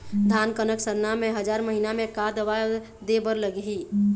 धान कनक सरना मे हजार महीना मे का दवा दे बर लगही?